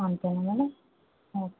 అంతేనా madam okay